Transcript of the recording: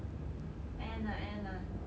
end ah end ah